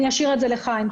אני אשאיר את זה לחיים רביה.